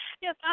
Yes